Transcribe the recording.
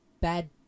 bad